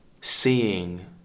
seeing